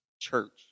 Church